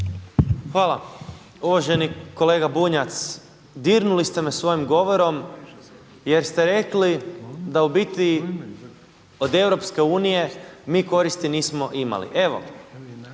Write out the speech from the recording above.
Hvala. Uvaženi kolega Bunjac dirnuli ste me svojim govorom, jer ste rekli da u biti od EU mi koristi nismo imali. Evo